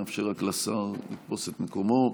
נאפשר לשר לתפוס את מקומו.